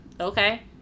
Okay